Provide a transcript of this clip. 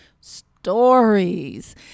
stories